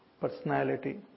personality